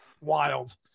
wild